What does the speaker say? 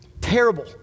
terrible